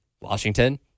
Washington